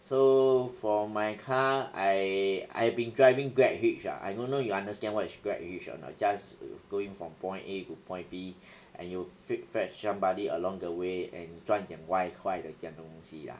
so for my car I I've been driving grab hitch ah I don't know you understand what is grab hitch or not just going from point A to point B and you fe~ fetch somebody along the way and 赚点外块的这样的东西啦